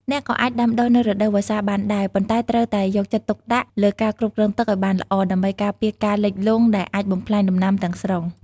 អ្នកក៏អាចដាំដុះនៅរដូវវស្សាបានដែរ ប៉ុន្តែត្រូវតែយកចិត្តទុកដាក់លើការគ្រប់គ្រងទឹកឱ្យបានល្អ ដើម្បីការពារការលិចលង់ដែលអាចបំផ្លាញដំណាំទាំងស្រុង។